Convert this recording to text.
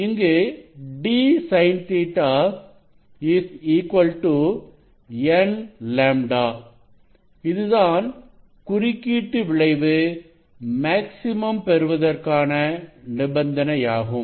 இங்கு d sin Ɵ n λ இதுதான் குறுக்கீட்டு விளைவு மேக்ஸிமம் பெறுவதற்கான நிபந்தனையாகும்